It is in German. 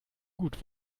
gut